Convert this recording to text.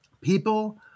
People